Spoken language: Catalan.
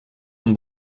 amb